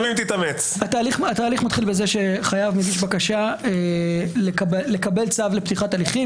התהליך מתחיל בזה שחייב מגיש בקשה לקבל צו לפתיחת הליכים,